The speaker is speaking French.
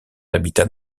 habitat